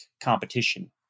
competition